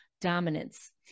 dominance